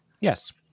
Yes